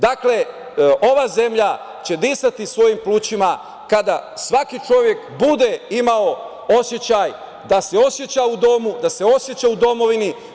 Dakle, ova zemlja će disati svojim plućima kada svaki čovek bude imao osećaj da se oseća u domu, da se oseća u domovini.